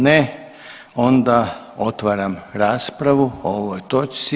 Ne onda otvaram raspravu o ovoj točci.